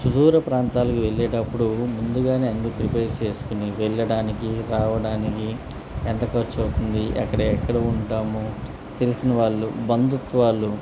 సుదూర ప్రాంతాలకు వెళ్ళేటప్పుడు ముందుగానే అన్ని ప్రిపేర్ చేసుకుని వెళ్ళడానికి రావడానికి ఎంత ఖర్చువుతుంది అక్కడ ఎక్కడ ఉంటాము తెలిసిన వాళ్ళు బంధుత్వాలు